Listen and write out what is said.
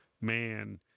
man